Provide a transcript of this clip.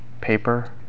paper